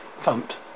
thumped